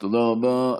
תודה רבה.